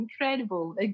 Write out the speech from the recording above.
incredible